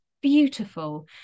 beautiful